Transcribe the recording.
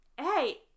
Hey